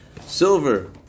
silver